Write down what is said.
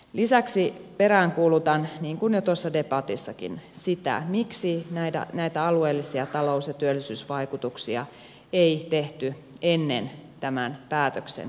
lisäksi peräänkuulutan niin kuin jo tuossa debatissakin sitä miksi näitä alueellisia talous ja työllisyysvaikutusselvityksiä ei tehty ennen tämän päätöksen tekoa